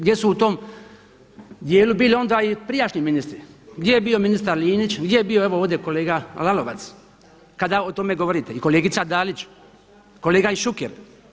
Gdje su u tom dijelu bili onda i prijašnji ministri, gdje bio ministar Linić, gdje je bio evo ovdje kolega Lalovac kada o tome govorite i kolegica Dalić, kolega Šuker?